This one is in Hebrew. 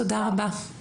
תודה רבה,